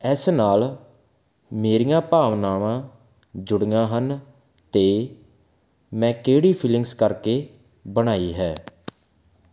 ਇਸ ਨਾਲ ਮੇਰੀਆਂ ਭਾਵਨਾਵਾਂ ਜੁੜੀਆਂ ਹਨ ਤੇ ਮੈਂ ਕਿਹੜੀ ਫੀਲਿੰਗਸ ਕਰਕੇ ਬਣਾਈ ਹੈ